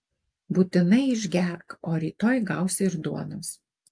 būtinai išgerk o rytoj gausi ir duonos